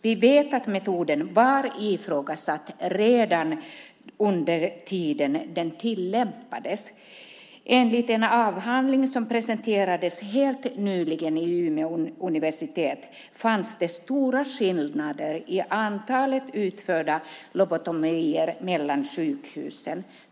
Vi vet att metoden var ifrågasatt redan under tiden den tillämpades. Enligt en avhandling som presenterades helt nyligen vid Umeå universitet fanns det stora skillnader i antalet utförda lobotomier mellan sjukhusen.